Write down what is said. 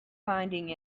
finding